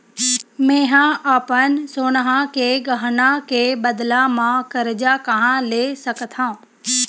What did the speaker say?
मेंहा अपन सोनहा के गहना के बदला मा कर्जा कहाँ ले सकथव?